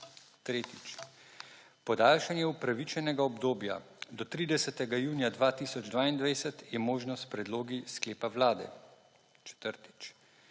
tretjič, podaljšanje upravičenega obdobja do 30. junija 2022, je možno s predlogi sklepa Vlade, četrtič,